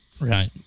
right